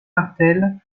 martel